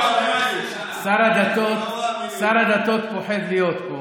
שר הדתות פוחד להיות פה,